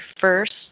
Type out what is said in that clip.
first